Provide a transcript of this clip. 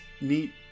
Neat